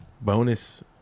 Bonus